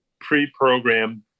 pre-programmed